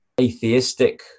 atheistic